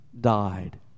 died